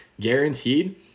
guaranteed